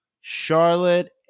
charlotte